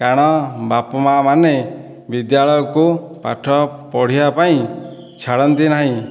କାରଣ ବାପା ମାଁ ମାନେ ବିଦ୍ୟାଳୟକୁ ପାଠ ପଢ଼ିବା ପାଇଁ ଛାଡ଼ନ୍ତି ନାହିଁ